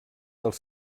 dels